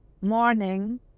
morning